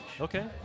Okay